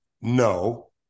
no